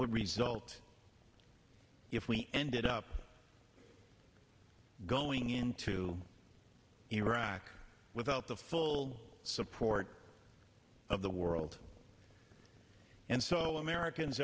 would result if we ended up going into iraq without the full support of the world and so americans